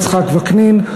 יצחק וקנין,